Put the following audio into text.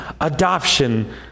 adoption